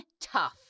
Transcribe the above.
tough